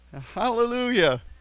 Hallelujah